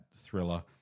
thriller